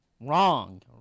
Wrong